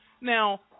Now